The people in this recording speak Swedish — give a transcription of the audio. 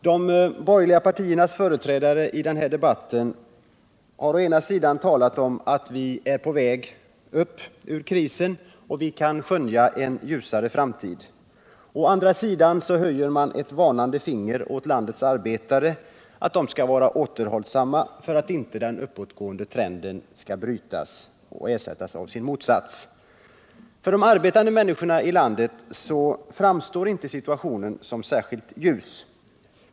Herr talman! De borgerliga partiernas företrädare här i debatten talar å ena sidan om att vi är på väg upp ur krisen och kan skönja en ljusare framtid. Å andra sidan höjer man ett varnande finger mot landets arbetare och vill att de skall vara återhållsamma för att inte den uppåtgående trenden skall brytas och ersättas av sin motsats. För de arbetande människorna i landet framstår inte situationen som särskilt ljus.